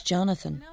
Jonathan